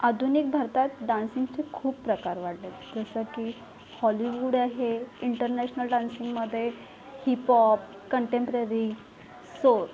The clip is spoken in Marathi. आधुनिक भारतात डान्सिंगचे खूप प्रकार वाढले आहेत जसं की हॉलिवूड आहे इंटरनॅशनल डान्सिंगमध्ये हिपॉप कंटेम्पररी सोल